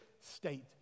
state